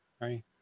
right